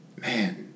man